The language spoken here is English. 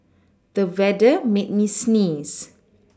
the weather made me sneeze